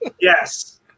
Yes